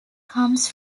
comes